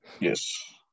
yes